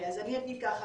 אז אני אגיד ככה,